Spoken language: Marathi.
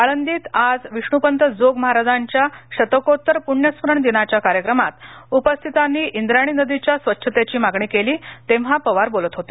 आळंदीत आज विष्णुपंत जोग महाराजांच्या शतकोत्तर पुण्यस्मरण दिनाच्या कार्यक्रमात उपस्थितांनी इंद्रायणी नदीच्या स्वच्छतेची मागणी केली तेव्हा पवार बोलत होते